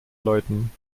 läuten